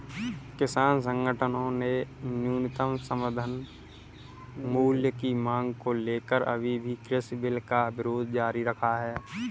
किसान संगठनों ने न्यूनतम समर्थन मूल्य की मांग को लेकर अभी भी कृषि बिल का विरोध जारी रखा है